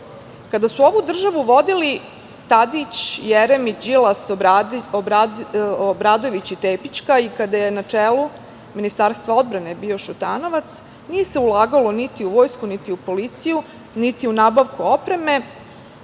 su ovu državu vodili Tadić, Jeremić, Đilas, Obradović i Tepićka, i kada je na čelu Ministarstva odbrane bio Šutanovac, nije se ulagalo niti u vojsku, niti u policiju, niti u nabavku opreme,